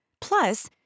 Plus